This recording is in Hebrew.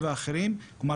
הטכנולוגיה פה היא